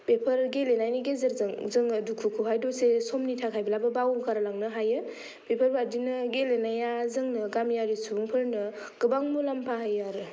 बेफोर गेलेनायनि गेजेरजों जोङो दुखुखौहाय दसे समनि थाखायब्लाबो बावगारलांनो हायो बेफोर बादिनो गेलेनाया जोंनो गामियारि सुबुंफोरनो गोबां मुलाम्फा होयो आरो